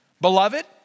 Beloved